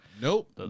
Nope